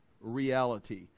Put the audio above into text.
reality